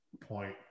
point